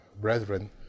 brethren